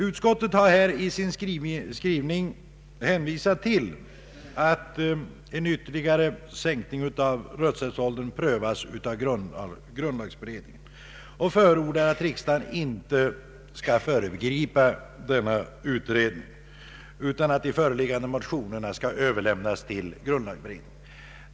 Utskottet har i sin skrivning hänvisat till att frågan om en ytterligare sänkning av rösträttsåldern prövas av grundlagberedningen och förordar därför att riksdagen inte bör föregripa denna prövning utan att de föreliggande motionerna bör överlämnas till grundlagberedningen.